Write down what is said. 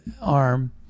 arm